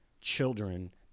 children